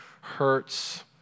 hurts